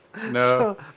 No